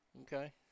Okay